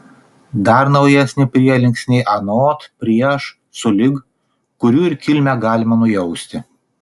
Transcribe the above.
dar naujesni prielinksniai anot prieš sulig kurių ir kilmę galima nujausti